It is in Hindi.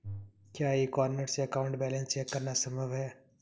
क्या ई कॉर्नर से अकाउंट बैलेंस चेक करना संभव है?